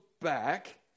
back